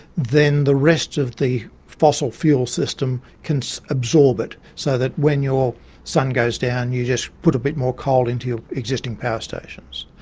then the rest of the fossil fuel system can so absorb it so that when your sun goes down you just put a bit more coal into your existing power stations.